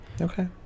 okay